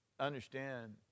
understand